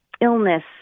illness